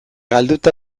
galduta